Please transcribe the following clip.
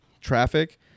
traffic